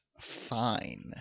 Fine